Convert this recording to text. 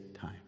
time